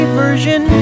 version